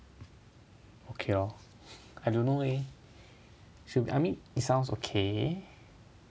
okay lor I don't know leh is I mean it sounds okay